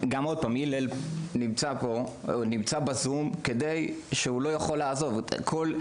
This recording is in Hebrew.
הלל נמצא ב- Zoom כי הוא לא יכול לעזוב את החווה.